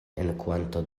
cuanto